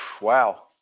Wow